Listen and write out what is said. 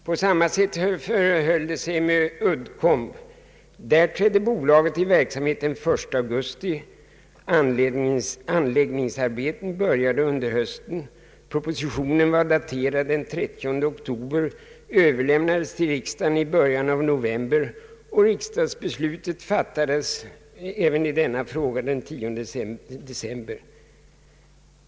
På samma sätt förhöll det sig med Uddcomb. Bolaget påbörjade verksamheten den 31 augusti, anläggningsarbeten började under hösten, och propositionen som var daterad den 30 oktober överlämnades till riksdagen i början av november. Riksdagsbeslutet fattades även i denna fråga den 10 december.